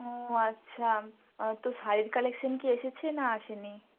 ও আচ্ছা তো শাড়ির কালেকশন কি এসেছে না আসেনি